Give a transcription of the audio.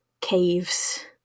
caves